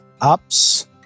ups